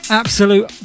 absolute